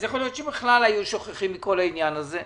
אז יכול להיות שבכלל היו שוכחים מהעניין הזה.